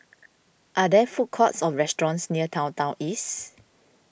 are there food courts or restaurants near Downtown East